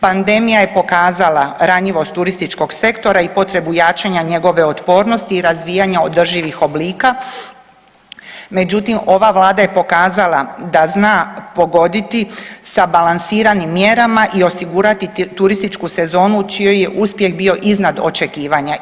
Pandemija je pokazala ranjivost turističkog sektora i potrebu jačanja njegove otpornosti i razvijanja održivih oblika, međutim ova vlada je pokazala da zna pogoditi sa balansiranim mjerama i osigurati turistički sezonu čiji je uspjeh bio iznad očekivanja.